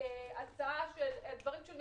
זה לא